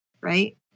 right